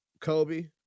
Kobe